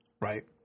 Right